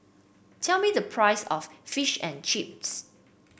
tell me the price of Fish and Chips